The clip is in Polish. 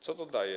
Co to daje?